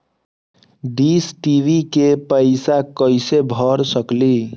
Dish TV के पैईसा कईसे भर सकली?